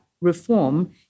reform